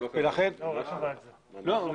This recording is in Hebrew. יש